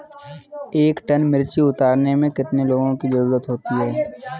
एक टन मिर्ची उतारने में कितने लोगों की ज़रुरत होती है?